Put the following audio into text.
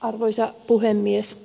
arvoisa puhemies